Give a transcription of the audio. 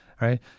right